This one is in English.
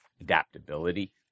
adaptability